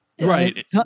Right